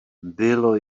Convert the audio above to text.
bylo